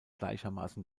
gleichermaßen